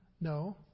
no